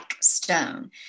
stone